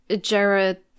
Jared